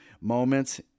moments